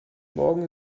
morgen